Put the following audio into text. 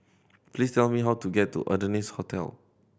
please tell me how to get to Adonis Hotel